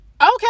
okay